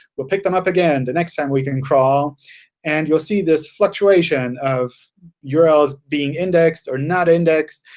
we'll pick them up again the next time we can crawl and you'll see this fluctuation of yeah urls being indexed or not indexed.